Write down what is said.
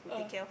ah